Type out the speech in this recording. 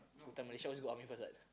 Sultan Malaysia also go army first what